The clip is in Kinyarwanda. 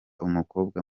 umukobwa